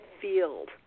field